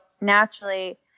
naturally